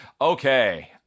Okay